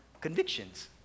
convictions